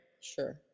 Sure